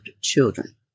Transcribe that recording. children